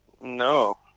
No